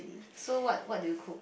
so what what do you cook